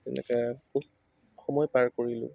তেনেকৈ বহুত সময় পাৰ কৰিলোঁ